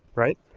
right?